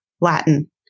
Latin